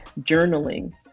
journaling